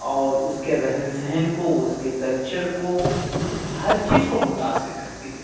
اور اس کے رہن سہن کو وہ اس کے کلچر کو ہر چیز کو متاثر کرتی ہے